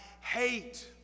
hate